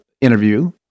interview